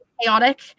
chaotic